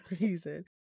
reason